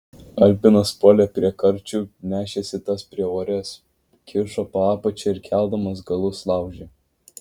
albinas puolė prie karčių nešėsi tas prie uorės kišo po apačia ir keldamas galus laužė